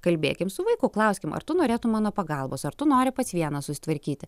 kalbėkim su vaiku klauskim ar tu norėtum mano pagalbos ar tu nori pats vienas susitvarkyti